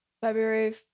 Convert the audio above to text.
February